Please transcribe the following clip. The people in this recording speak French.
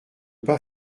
pas